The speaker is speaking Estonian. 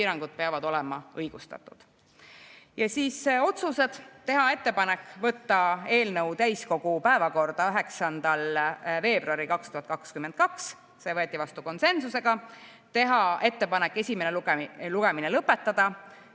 Siis otsused: teha ettepanek võtta eelnõu täiskogu päevakorda 9. veebruaril 2022, see võeti vastu konsensusega, ja teha ettepanek esimene lugemine lõpetada,